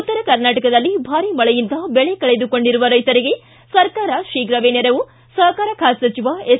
ಉತ್ತರ ಕರ್ನಾಟಕದಲ್ಲಿ ಭಾರೀ ಮಳೆಯಿಂದ ಬೆಳೆ ಕಳೆದುಕೊಂಡಿರುವ ರೈತರಿಗೆ ಸರ್ಕಾರ ಶೀಘವೇ ನೆರವು ಸಪಕಾರ ಖಾತೆ ಸಚಿವ ಎಸ್